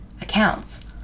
accounts